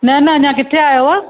न न अञा किथे आयो आहे